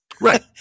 Right